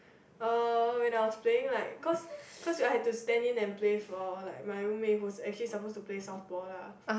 uh when I was playing like because because I had to stand in and play for like my roommate who is actually supposed to play softball lah